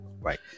Right